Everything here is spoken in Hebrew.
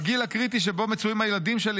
בגיל הקריטי שבו מצויים הילדים שלי,